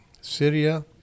Syria